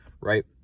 right